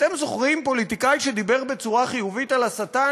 אתם זוכרים פוליטיקאי שדיבר בצורה חיובית על השטן?